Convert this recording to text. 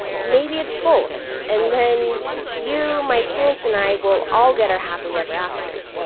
maybe it's both and then you, my parents and i will all get our happily ever after.